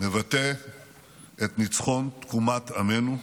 מבטא את ניצחון תקומת עמנו,